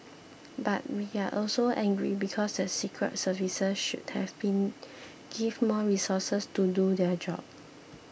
but we are also angry because the secret services should have been give more resources to do their job